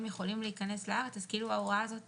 יכולים להיכנס לארץ אז ההוראה הזאת